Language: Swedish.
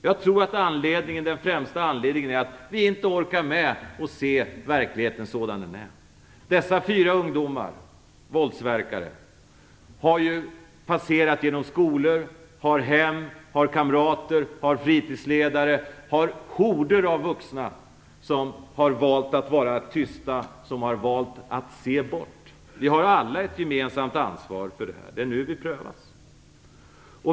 Jag tror att den främsta anledningen är att vi inte orkar med att se verkligheten sådan den är. Dessa fyra ungdomar, våldsverkare, har ju passerat genom skolor, har hem, har kamrater, har fritidsledare, har horder av vuxna som har valt att vara tysta, som har valt att se bort. Vi har alla ett gemensamt ansvar för det här. Det är nu vi prövas.